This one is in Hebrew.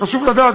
חשוב לדעת,